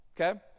okay